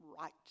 right